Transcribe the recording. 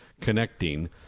connecting